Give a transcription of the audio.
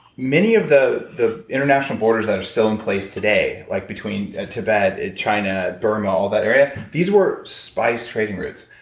many of the the international borders that are still in place today, like between ah tibet, china, um all that area these were spice trading routes.